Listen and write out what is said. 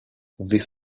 this